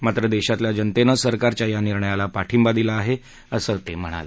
मात्र देशातल्या जनतेनं सरकारच्या या निर्णयाला पाठिंबा दिला आहे असं ते म्हणाले